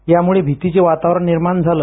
त्यामुळे भितीचे वातावरण निर्माण झालं